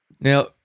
Now